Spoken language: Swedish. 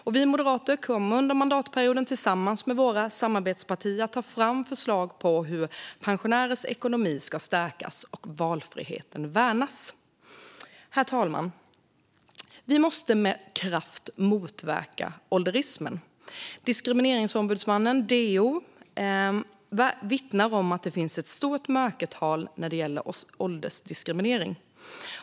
Under mandatperioden kommer vi moderater att tillsammans med våra samarbetspartier ta fram förslag på hur pensionärers ekonomi ska stärkas och hur valfriheten ska värnas. Herr talman! Vi måste med kraft motverka ålderismen. Diskrimineringsombudsmannen, DO, vittnar om att det finns ett stort mörkertal när det gäller åldersdiskriminering.